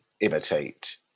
imitate